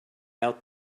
out